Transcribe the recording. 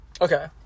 Okay